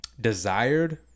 Desired